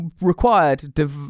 required